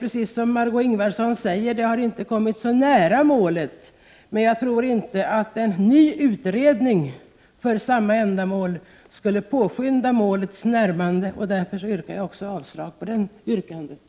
Precis som Margé Ingvardsson säger har de inte kommit så nära målet, och jag tror inte att en ny utredning för samma ändamål skulle påskynda ett närmande till målet. Därför yrkar jag avslag också på det yrkandet.